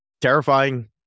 terrifying